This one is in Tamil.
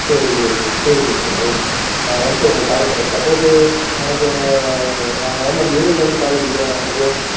சரி சரி சரி சரி சிஸ்டர் ஓகே நான் வந்துட்டு உங்களுக்கு கால் பண்ணுறேன் சப்போஸு எனக்கு அங்கே நான் அங்கே வந்து அந்த ஏரியாவுக்கு வந்துட்டு நான் கால் அடிக்கிறேன் நான் ஓகேவா